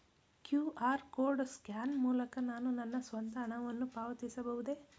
QR code scan ಮೂಲಕ ನಾನು ನನ್ನ ಸ್ವಂತ ಹಣವನ್ನು ಪಾವತಿಸಬಹುದೇ?